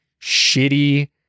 shitty